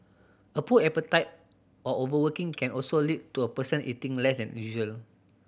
a poor appetite or overworking can also lead to a person eating less than usual